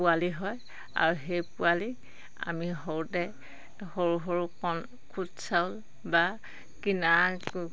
পোৱালি হয় আৰু সেই পোৱালি আমি সৰুতে সৰু সৰু কণ খুট চাউল বা কিনা